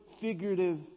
figurative